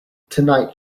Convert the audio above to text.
tonight